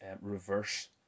reverse